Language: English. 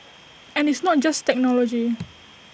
and it's not just technology